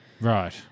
right